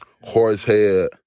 Horsehead